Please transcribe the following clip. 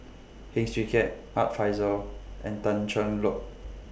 Heng Swee Keat Art Fazil and Tan Cheng Lock